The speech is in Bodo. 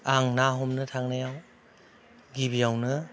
आं ना हमनो थांनायाव गिबियावनो